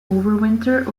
overwinter